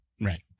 Right